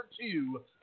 two